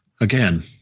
again